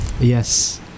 yes